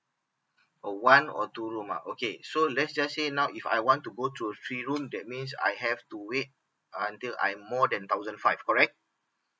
oo one or two room ah okay so let's just say now if I want to go to a three room that means I have to wait until I'm more than thousand five correct